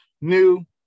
new